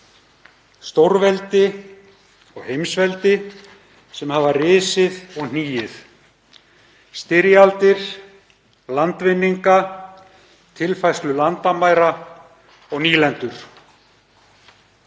stórveldi, heimsveldi sem hafa risið og hnigið, styrjaldir, landvinninga, tilfærslu landamæra og nýlendur.